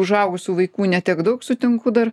užaugusių vaikų ne tiek daug sutinku dar